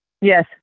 Yes